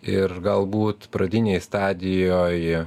ir galbūt pradinėj stadijoj